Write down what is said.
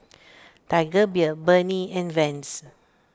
Tiger Beer Burnie and Vans